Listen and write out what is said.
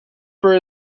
for